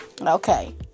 Okay